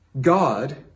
God